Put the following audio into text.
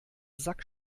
sack